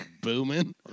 booming